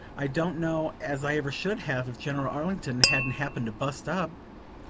i don't know as i ever should have, if general arlington hadn't happened to bust up.